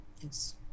Yes